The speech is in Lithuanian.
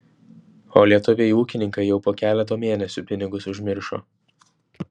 o lietuviai ūkininkai jau po keleto mėnesių pinigus užmiršo